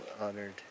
honored